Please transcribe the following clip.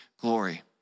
glory